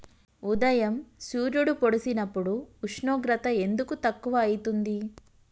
ఉదయం సూర్యుడు పొడిసినప్పుడు ఉష్ణోగ్రత ఎందుకు తక్కువ ఐతుంది?